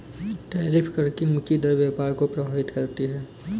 tariff कर की ऊँची दर व्यापार को प्रभावित करती है